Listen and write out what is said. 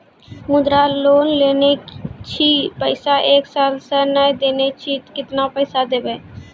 मुद्रा लोन लेने छी पैसा एक साल से ने देने छी केतना पैसा देब?